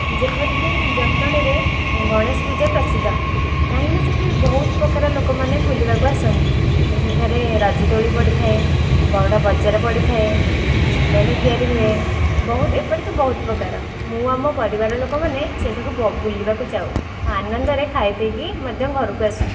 ଯେପରିକି ଜଟଣୀରେ ଗଣେଶ ପୂଜା ପ୍ରସିଦ୍ଧ କାହିଁକି ନା ସେଠି ବହୁତ ପ୍ରକାର ଲୋକମାନେ ବୁଲିବାକୁ ଆସନ୍ତି ସେଠାରେ ରଜ ଦୋଳି ପଡ଼ିଥାଏ ବଡ଼ ବଜାର ପଡ଼ିଥାଏ ମେଢ଼ ତିଆରି ହୁଏ ବହୁତ ଏପରି ତ ବହୁତ ପ୍ରକାର ମୁଁ ଆଉ ମୋ ପରିବାର ଲୋକମାନେ ସେଠାକୁ ବୁଲିବାକୁ ଯାଉ ଆଉ ଆନନ୍ଦରେ ଖାଇ ପିଇକି ମଧ୍ୟ ଘରକୁ ଆସୁ